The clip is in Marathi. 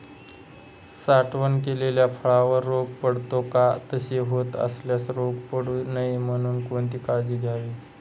साठवण केलेल्या फळावर रोग पडतो का? तसे होत असल्यास रोग पडू नये म्हणून कोणती काळजी घ्यावी?